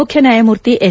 ಮುಖ್ಯ ನ್ಯಾಯಮೂರ್ತಿ ಎಸ್